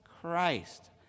Christ